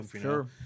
sure